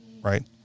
right